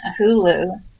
Hulu